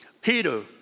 Peter